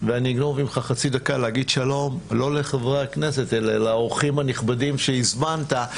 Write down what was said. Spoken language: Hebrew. אני רוצה להגיד שלום לאורחים הנכבדים שהזמנת.